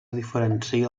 diferencia